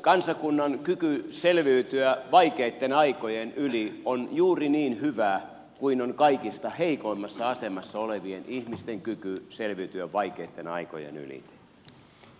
kansakunnan kyky selviytyä vaikeitten aikojen yli on juuri niin hyvä kuin on kaikista heikoimmassa asemassa olevien ihmisten kyky selviytyä vaikeitten aikojen yli